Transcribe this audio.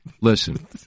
Listen